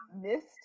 missed